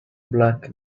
black